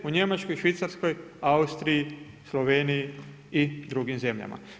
U Njemačkoj, Švicarskoj, Austriji, Sloveniji i drugim zemljama.